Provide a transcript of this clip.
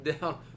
down